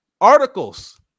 Articles